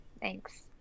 Thanks